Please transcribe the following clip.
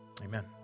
Amen